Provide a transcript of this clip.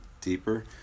deeper